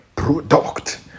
product